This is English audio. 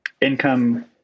income